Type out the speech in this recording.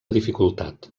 dificultat